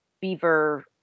beaver